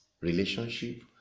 relationship